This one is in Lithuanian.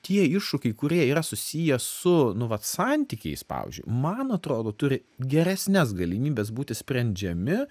tie iššūkiai kurie yra susiję su nu vat santykiais pavyzdžiui man atrodo turi geresnes galimybes būti sprendžiami